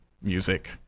music